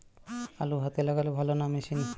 আলু হাতে লাগালে ভালো না মেশিনে?